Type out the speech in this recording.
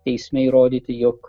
teisme įrodyti jog